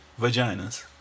vaginas